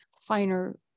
finer